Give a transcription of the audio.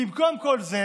במקום כל זה